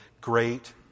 great